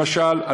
למשל,